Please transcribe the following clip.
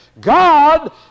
God